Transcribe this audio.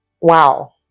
wow